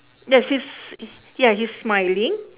yes he's yeah he's smiling